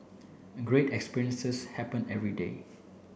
great experiences happen every day